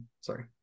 sorry